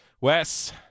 Wes